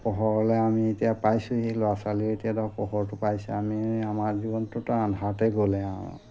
পোহৰলৈ আমি এতিয়া পাইছোঁহি ল'ৰা ছোৱালীয়ে এতিয়া ধৰক পোহৰটো পাইছে আমি আমাৰ জীৱনটোতো আন্ধাৰতে গ'লে আৰু